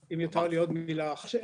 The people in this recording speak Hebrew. אם יותר לי עוד מילה אחת.